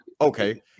Okay